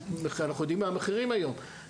כי אנחנו יודעים מה המחירים היום של בתי המלון,